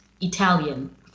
Italian